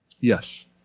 Yes